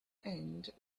end